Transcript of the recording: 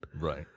Right